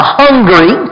hungry